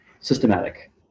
systematic